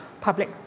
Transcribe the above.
public